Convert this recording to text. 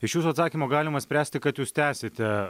iš jūsų atsakymo galima spręsti kad jūs tęsite